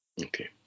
Okay